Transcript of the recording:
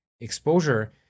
exposure